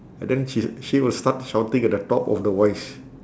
and then she s~ she will start shouting at the top of the voice